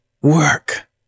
Work